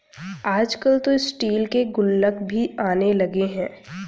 आजकल तो स्टील के गुल्लक भी आने लगे हैं